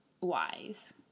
wise